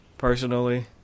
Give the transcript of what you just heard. Personally